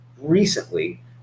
recently